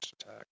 attack